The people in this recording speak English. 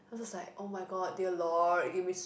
then i was like oh my god dear lord give me